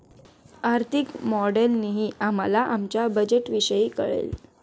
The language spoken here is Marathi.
आर्थिक मॉडेलने आम्हाला आमच्या बजेटविषयी कळेल